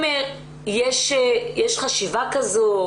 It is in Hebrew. קורות הגג,